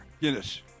Guinness